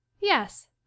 Yes